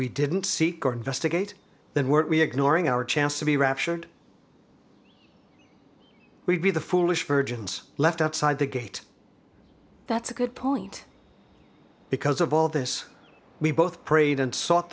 we didn't seek or investigate then weren't we ignoring our chance to be raptured we'd be the foolish virgins left outside the gate that's a good point because of all this we both prayed and s